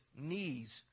knees